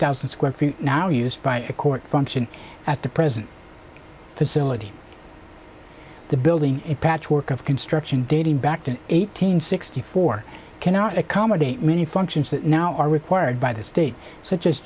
thousand square feet now used by a court function at the present facility the building a patchwork of construction dating back to eight hundred sixty four cannot accommodate many functions that now are required by the state s